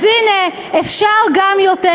אז הנה, אפשר גם יותר.